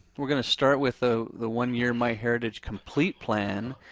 we're gonna start with ah the one year myheritage complete plan.